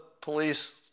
police